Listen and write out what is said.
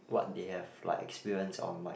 what they have like experienced on like